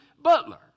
butler